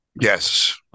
Yes